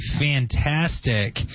fantastic